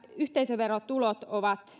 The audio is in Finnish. yhteisöverotuloja ovat